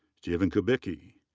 stephen kubicki.